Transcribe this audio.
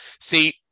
See